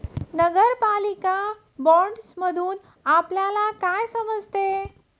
नगरपालिका बाँडसमधुन आपल्याला काय समजते?